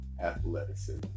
athleticism